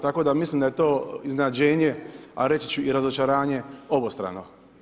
Tako da mislim da je to iznenađenje, a reći ću i razočaranje obostrano.